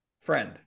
friend